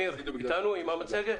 רני איידלר מתמיר, הסתדרת עם המצגת?